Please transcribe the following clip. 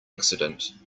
accident